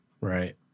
Right